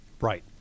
Right